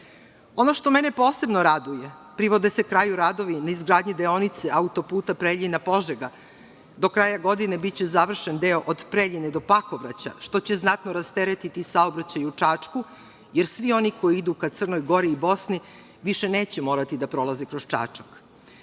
što mene posebno raduje, privode se kraju radovi na izgradnji deonice autoputa Preljina – Požega, do kraja godine biće završen deo od Preljine do Pakovraća, što će znatno rasteretiti saobraćaj u Čačku, jer svi oni koji idu ka Crnoj Gori i Bosni, više neće morati da prolaze kroz